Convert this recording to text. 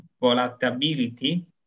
volatility